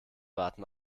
warten